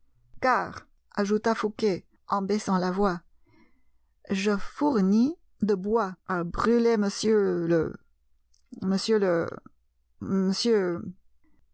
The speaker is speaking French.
car ajouta fouqué en baissant la voix je fournis de bois à brûler m le m le